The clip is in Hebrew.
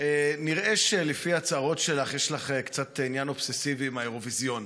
נראה לפי ההצהרות שלך שיש לך קצת עניין אובססיבי עם האירוויזיון